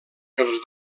els